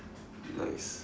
nice